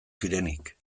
zirenik